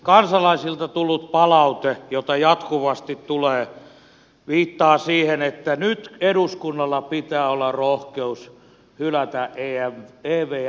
kansalaisilta tullut palaute jota jatkuvasti tulee viittaa siihen että nyt eduskunnalla pitää olla rohkeus hylätä evm jäsenyys